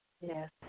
Yes